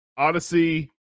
Odyssey